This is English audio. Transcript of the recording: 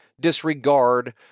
disregard